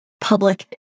public